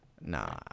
nah